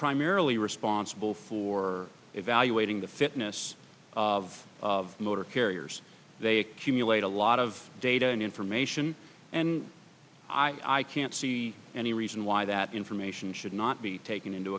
primarily responsible for evaluating the fitness of motor carriers they accumulate a lot of data and information and i can't see any reason why that information should not be taken into